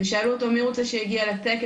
ושאלו אותו מי הוא רוצה שיגיע לטקס,